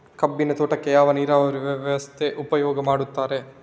ಕಬ್ಬಿನ ತೋಟಕ್ಕೆ ಯಾವ ನೀರಾವರಿ ವ್ಯವಸ್ಥೆ ಉಪಯೋಗ ಮಾಡುತ್ತಾರೆ?